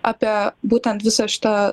apie būtent visą šitą